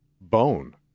bone